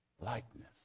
likeness